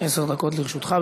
עשר דקות לרשותך.